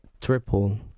triple